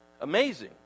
Amazing